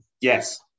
yes